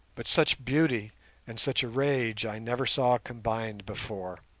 but such beauty and such a rage i never saw combined before,